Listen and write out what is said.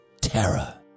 terror